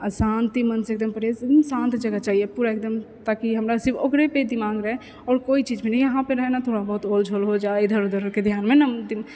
आओर शान्ति मनसँ एकदम पढ़ियै एकदम शान्त जगह चाहियै पूरा एकदम ताकि हमरा सिर्फ ओकरे पर दिमागमे रहय आओर कोइ चीज भी यहाँ पर रहयने थोड़ा बहुत ओ जे हो जा हइ इधर उधरके ध्यानमे एकदम